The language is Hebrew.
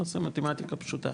נעשה מתמטיקה פשוטה.